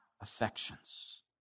affections